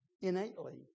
innately